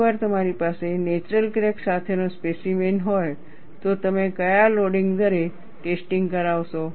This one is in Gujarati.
એકવાર તમારી પાસે નેચરલ ક્રેક સાથેનો સ્પેસીમેન હોય તો તમે કયા લોડિંગ દરે ટેસ્ટિંગ કરાવશો